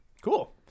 Cool